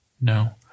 No